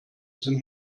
sind